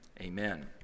amen